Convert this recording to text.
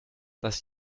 das